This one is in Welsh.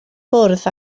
bwrdd